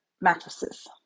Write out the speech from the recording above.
mattresses